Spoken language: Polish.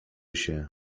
się